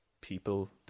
people